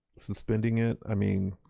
suspending it, i mean,